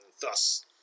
Thus